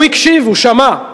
והוא הקשיב, הוא שמע.